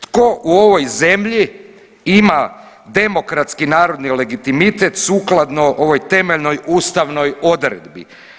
Tko u ovoj zemlji ima demokratski narodni legitimitet sukladno ovoj temeljnoj ustavnoj odredbi?